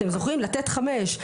אתם זוכרים לתת חמש.